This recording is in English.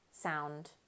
sound